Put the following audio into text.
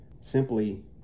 simply